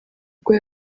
ubwo